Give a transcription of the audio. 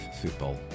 football